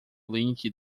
link